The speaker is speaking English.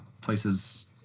places